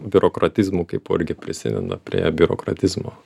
biurokratizmu kaipo irgi prisideda prie biurokratizmo